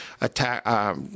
attack